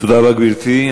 תודה לך, גברתי.